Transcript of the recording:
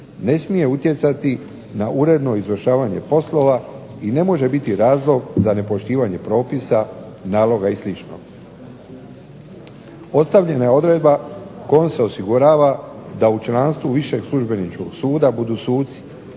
ne smije utjecati na uredno izvršavanje poslova i ne može biti razlog za nepoštivanja propisa, naloga i slično. Postavljena je odredba kojom se osigurava da u članstvu Višeg službeničkog suda budu suci